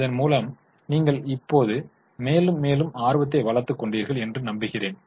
இதன்மூலம் நீங்கள் இப்போது மேலும் மேலும் ஆர்வத்தை வளர்த்துக் கொண்டீர்கள் என்று நம்புகிறேன்